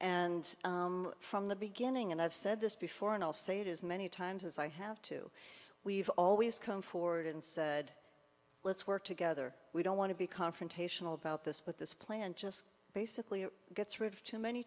and from the beginning and i've said this before and i'll say it as many times as i have to we've always come forward and said let's work together we don't want to be confrontational about this but this plant just basically gets rid of too many